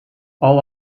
all